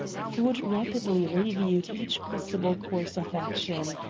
ford rapidly reviewed each possible course of action.